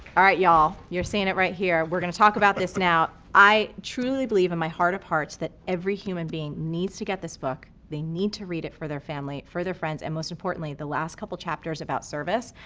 alright, y'all. you're seeing it right here. we're gonna talk about this right now. i truly believe in my heart of hearts that every human being needs to get this book, they need to read it for their family, for their friends, and, most importantly, the last couple of chapters about service,